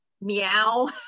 meow